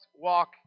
walk